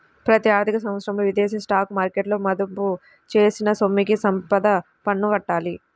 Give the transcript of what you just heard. ప్రతి ఆర్థిక సంవత్సరంలో విదేశీ స్టాక్ మార్కెట్లలో మదుపు చేసిన సొమ్ముకి సంపద పన్ను కట్టాలి